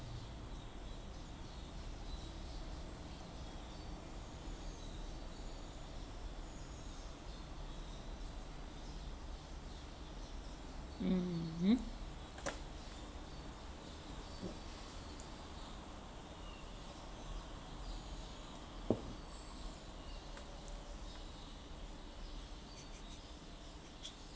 mmhmm